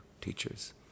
teachers